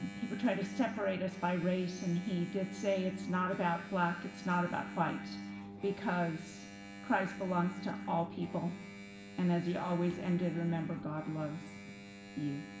people try to separate us by race and he did say it's not about black, it's not about white because christ belongs to all people and as he always ended, remember god loves you.